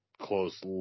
close